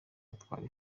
atwara